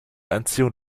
anziehung